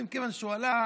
אומרים: כיוון שהוא עלה,